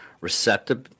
receptive